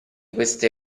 queste